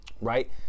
right